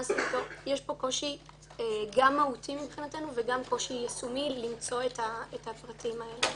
יש פה קושי גם מהותי וגם קושי יישומי למצוא את הפרטים האלה.